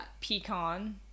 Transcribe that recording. pecan